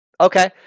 Okay